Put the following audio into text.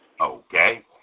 okay